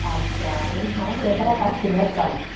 अच्छा तां मिगी सनाओ हां थुआढ़े घरै कश किन्ने अस्पताल न